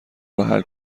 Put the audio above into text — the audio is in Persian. روحل